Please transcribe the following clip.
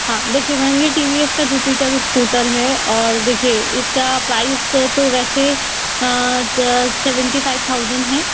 हाँ देखिए मैम ये टी वी एस का जुपिटर स्कूटर है और देखिये इसका प्राइस तो वैसे सेवेंटी फाइव थाउज़ेट है